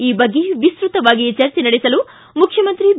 ಈ ಬಗ್ಗೆ ವಿಸ್ತೃತವಾಗಿ ಚರ್ಚೆ ನಡೆಸಲು ಮುಖ್ಯಮಂತ್ರಿ ಬಿ